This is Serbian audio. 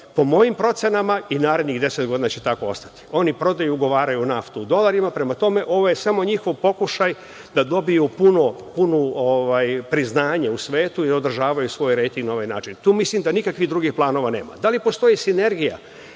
po mojim procenama i narednih 10 godina će tako ostati. Oni ugovaraju prodaju naftu u dolarima. Prema tome, ovo je samo njihov pokušaj da dobiju puno priznanje u svetu i održavaju svoj rejting na ovaj način. Tu mislim da nikakvih planova nema. Da li postoji sinergija